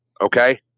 Okay